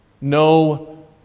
No